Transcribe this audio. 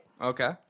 Okay